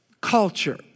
culture